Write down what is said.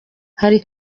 hari